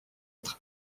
être